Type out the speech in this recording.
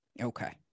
Okay